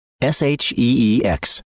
s-h-e-e-x